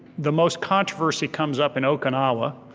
the most controversy comes up in okinawa.